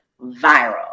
viral